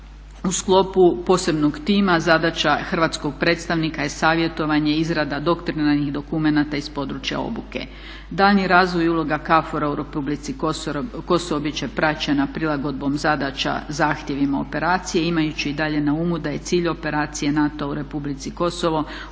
u sklopu posebnog tima zadaća hrvatskog predstavnika je savjetovanje, izrada i dokumenata iz područja obuke. Daljnji razvoj i uloga KFOR-a u Republici Kosovo bit će praćena prilagodbom zadaća zahtjevima operacije, imajući i dalje na umu da je cilj operacije NATO-a u Republici Kosovo